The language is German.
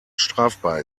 strafbar